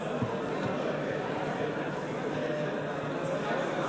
הוועדה, נתקבל.